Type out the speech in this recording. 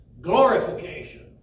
glorification